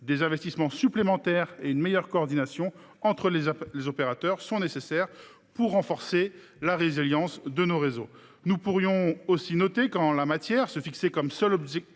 Des investissements supplémentaires et une meilleure coordination entre les opérateurs sont nécessaires pour renforcer la résilience de ces réseaux. Nous pourrions aussi noter que, en la matière, se fixer comme seul indicateur